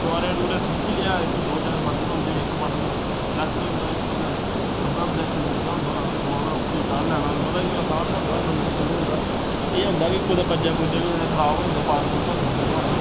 डुआरे डुआरेआ सिक्खी लेआ इसी दो चार बटन होंदे इक बटन लैफ्ट होंदा इक बटन खब्बै होंदा इक सज्जा होंदा उसी दबाना उप्पर चाढ़ी लैना मतलब इ'यां असान गै होंदा इन्ना मुश्कल निं होंदा एह् होंदा कि कुतै बज्झै बुज्झै निं खराब होई जंदे पर पूर भज्जी जंदे नुहाड़े